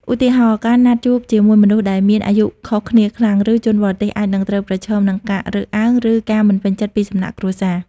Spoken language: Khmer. ឧទាហរណ៍ ការណាត់ជួបជាមួយមនុស្សដែលមានអាយុខុសគ្នាខ្លាំង ឬជនបរទេស អាចនឹងត្រូវប្រឈមមុខនឹងការរើសអើង ឬការមិនពេញចិត្តពីសំណាក់គ្រួសារ។